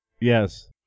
Yes